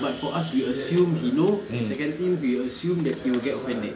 but for us we assume he know and second thing we assume that he will get offended